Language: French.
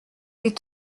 est